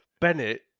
Bennett